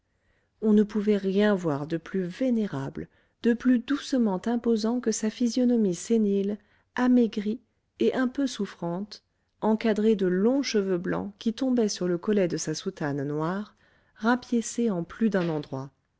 on ne pouvait rien voir de plus vénérable de plus doucement imposant que sa physionomie sénile amaigrie et un peu souffrante encadrée de longs cheveux blancs qui tombaient sur le collet de sa soutane noire rapiécée en plus d'un endroit